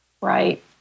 right